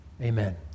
Amen